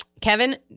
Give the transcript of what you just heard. Kevin